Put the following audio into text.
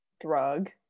drug